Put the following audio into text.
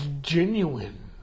genuine